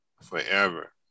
forever